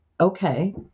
okay